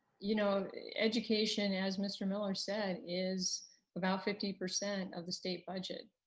you know education, as mr. miller said, is about fifty percent of the state budget.